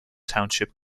township